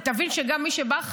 תבין שגם מי שבא אחריו,